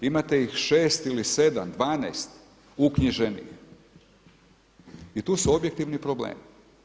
Imate ih 6 ili 7, 12 uknjiženih i tu su objektivni problemi.